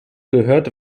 gehört